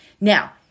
Now